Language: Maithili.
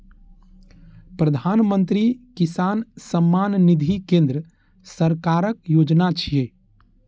प्रधानमंत्री किसान सम्मान निधि केंद्र सरकारक योजना छियै